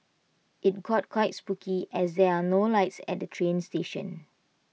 IT got quite spooky as there are no lights at the train station